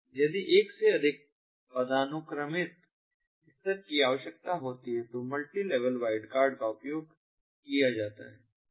यदि एक से अधिक पदानुक्रमित स्तर की आवश्यकता होती है तो मल्टीलेवल वाइल्डकार्ड का उपयोग किया जाता है